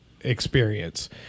experience